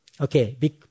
Okay